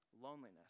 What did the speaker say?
loneliness